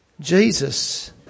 Jesus